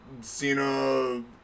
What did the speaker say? Cena